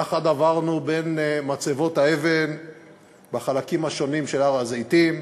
יחד עברנו בין מצבות האבן בחלקים השונים של הר-הזיתים,